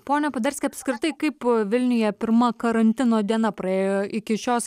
pone poderski apskritai kaip vilniuje pirma karantino diena praėjo iki šios